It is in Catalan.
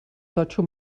totxo